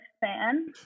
fan